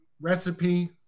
recipe